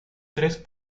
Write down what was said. tres